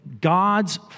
God's